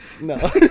No